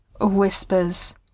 whispers